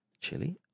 Chili